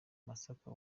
masaka